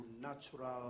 natural